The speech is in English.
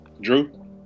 drew